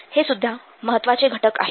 हे सुध्दा महत्त्वाचे घटक आहे